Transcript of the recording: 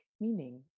meaning